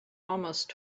almost